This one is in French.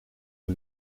aux